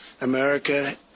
America